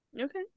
Okay